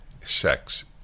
sex